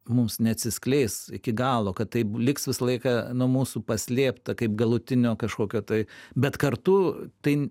mums neatsiskleis iki galo kad taip liks visą laiką nuo mūsų paslėpta kaip galutinio kažkokio tai bet kartu tai